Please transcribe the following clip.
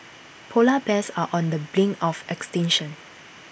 Polar Bears are on the brink of extinction